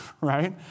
right